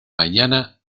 mañana